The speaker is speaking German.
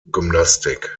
gymnastik